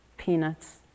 peanuts